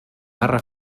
barra